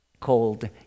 called